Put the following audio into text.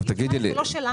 ה-TGI הוא לא שלנו.